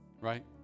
Right